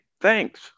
thanks